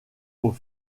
aux